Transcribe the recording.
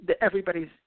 everybody's